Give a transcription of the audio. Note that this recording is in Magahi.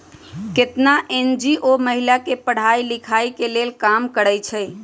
केतना एन.जी.ओ महिला के पढ़ाई लिखाई के लेल काम करअई छई